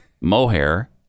mohair